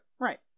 right